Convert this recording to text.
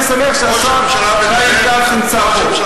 ואני שמח שהשר חיים כץ נמצא פה.